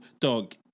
dog